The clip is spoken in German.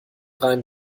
reim